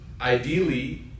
Ideally